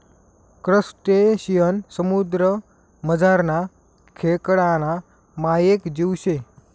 crustacean समुद्रमझारना खेकडाना मायेक जीव शे